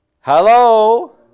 Hello